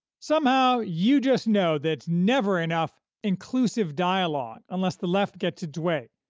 somehow, you just know that it's never enough inclusive dialogue unless the left gets its way,